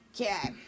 Okay